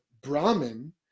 Brahman